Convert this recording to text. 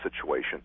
situation